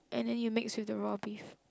and then you mix with the raw beef